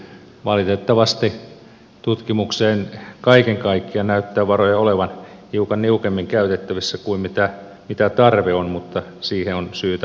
valitettavasti tutkimukseen kaiken kaikkiaan näyttää varoja olevan hiukan niukemmin käytettävissä kuin mitä tarve on mutta siihen on syytä panostaa